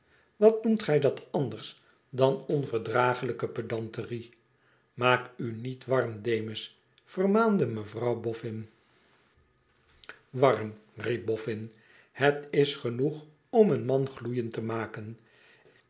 wat noemt gij dat anders dan onverdraaglijke pedanterie maak u niet warm demus vermaande mevrouw boffin warm riep boffin t het is genoeg om een man gloeiend te maken